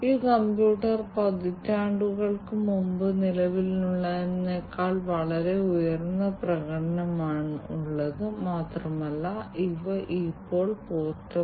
നമുക്ക് ആരോഗ്യ സംരക്ഷണ വ്യവസായം പരിഗണിക്കാം ഉദാഹരണത്തിന് ആശുപത്രികളിൽ വ്യത്യസ്ത രോഗികളുണ്ട് ഡോക്ടർമാർ നഴ്സുമാർ തുടങ്ങിയ ആരോഗ്യ പരിപാലന വിദഗ്ധർ